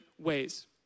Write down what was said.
ways